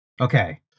Okay